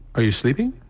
are you sleeping?